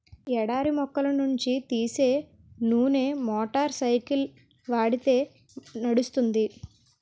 ఎడారి మొక్కల నుంచి తీసే నూనె మోటార్ సైకిల్కి వాడితే నడుస్తుంది